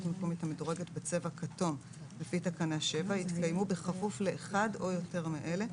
מקומית המדורגת בצבע כתום לפי תקנה 7 יתקיימו בכפוף לאחד או יותר מאלה,